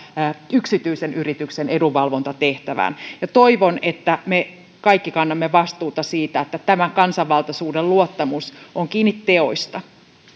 yksityisen yrityksen edunvalvontatehtävään toivon että me kaikki kannamme vastuuta siitä että tämä kansanvaltaisuuden luottamus on kiinni teoista